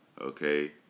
Okay